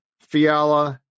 Fiala